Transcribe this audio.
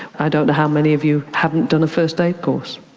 i don't know how many of you haven't done a first aid course.